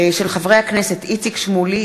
של חברי הכנסת איציק שמולי,